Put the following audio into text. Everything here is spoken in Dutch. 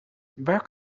waar